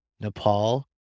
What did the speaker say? Nepal